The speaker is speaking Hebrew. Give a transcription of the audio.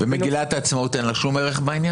למגילת העצמאות אין שום ערך בעניין?